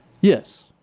Yes